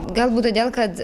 galbūt todėl kad